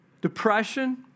depression